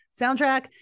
soundtrack